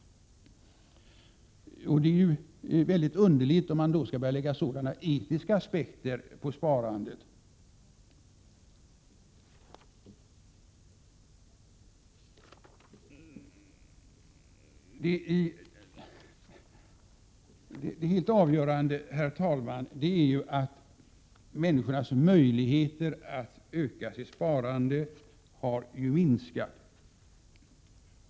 Och det är väldigt underligt om man skall lägga sådana etiska aspekter på sparandet. Herr talman! Det helt avgörande är ju att människornas möjligheter att öka sitt sparande har minskat.